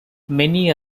many